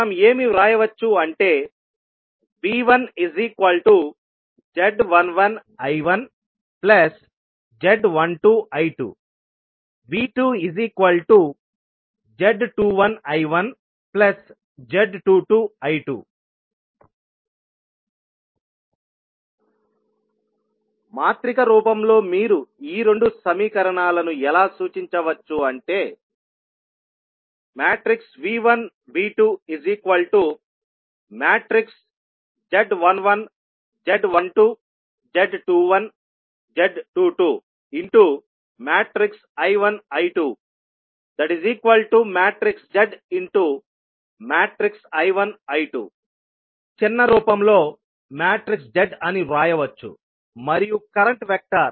మనం ఏమి వ్రాయవచ్చు అంటే V1z11I1z12I2 V2z21I1z22I2 మాత్రిక రూపంలో మీరు ఈ రెండు సమీకరణాలను ఎలా సూచించవచ్చు అంటే V1 V2 z11 z12 z21 z22 I1 I2 zI1 I2 చిన్న రూపంలో z అని వ్రాయవచ్చు మరియు కరెంట్ వెక్టర్